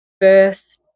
birth